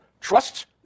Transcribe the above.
trusts